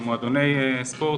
איגודי ספורט ומועדוני ספורט.